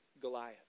Goliath